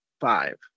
five